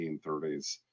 1930s